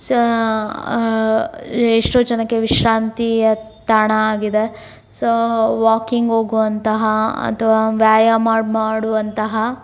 so ಎಷ್ಟೋ ಜನಕ್ಕೆ ವಿಶ್ರಾಂತಿಯ ತಾಣ ಆಗಿದೆ ಸೋ ವಾಕಿಂಗ್ ಹೋಗುವಂತಹ ಅಥವಾ ವ್ಯಾಯಾಮ ಮಾಡುವಂತಹ